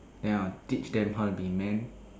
then I'll teach them how to be man